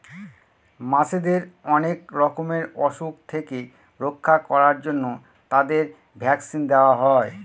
মাছেদের অনেক রকমের অসুখ থেকে রক্ষা করার জন্য তাদের ভ্যাকসিন দেওয়া হয়